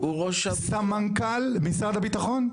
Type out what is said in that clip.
הוא ראש הסמנכ"ל משרד הביטחון?